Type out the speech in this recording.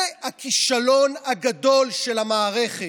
זה הכישלון הגדול של המערכת.